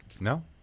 No